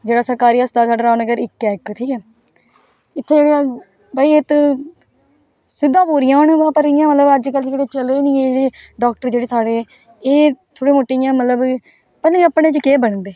जेह्ड़ा सरकारी अस्ताल साढ़ा रामनगर इक ऐ इक ठीक ऐ इत्थै जेह्ड़े भाई इत्त सुबधां पूरियां न पर अजकल्ल एह् जेह्ड़े चले दे डाक्टर जेह्ड़े साढ़े एह् थोह्ड़े मुट्टे इ'यां मतलब पता निं अपने च केह् बनदे